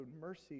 mercy